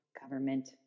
government